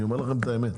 אני אומר לכם את האמת,